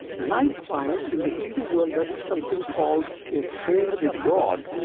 likewise, in the hindu world there is something called a favorite god,